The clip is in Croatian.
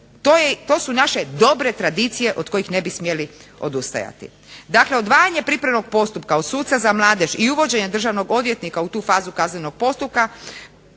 to su naše dobre tradicije od kojih ne bi smjeli odustajati. Dakle, odvajanje pripremnog postupka od suca za mladež i uvođenje državnog odvjetnik u tu fazu kaznenog postupka